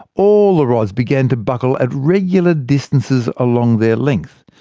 all the rods began to buckle at regular distances along their length,